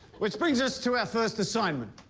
which brings us to our first assignment.